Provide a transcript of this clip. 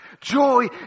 Joy